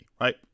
right